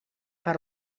per